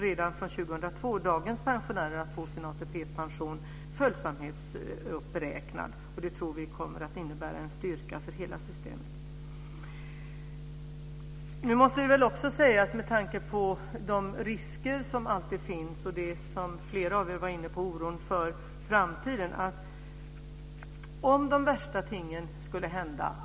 Redan från 2002 kommer dagens pensionärer att få sin ATP-pension följsamhetsuppräknad. Det tror vi kommer att innebära en styrka för hela systemet. Nu måste man väl, med tanke på de risker som alltid finns och den oro för framtiden som flera varit inne på, alltid nämna de värsta tingen som skulle kunna hända.